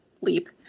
leap